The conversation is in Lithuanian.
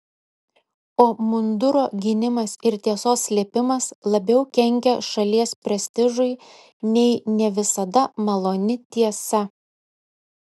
o munduro gynimas ir tiesos slėpimas labiau kenkia šalies prestižui nei ne visada maloni tiesa